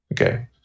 Okay